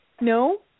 No